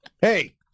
hey